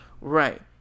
right